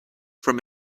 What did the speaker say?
from